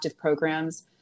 programs